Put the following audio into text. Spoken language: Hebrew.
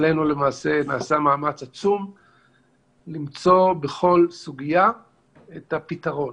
אצלנו למעשה נעשה מאמץ עצום למצוא בכל סוגיה את הפתרון.